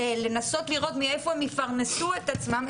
לנסות לראות מאיפה הן יפרנסו את עצמן,